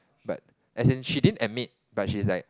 but as in she didn't admit but she is like